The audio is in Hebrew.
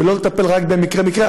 ולא לטפל רק במקרה-מקרה,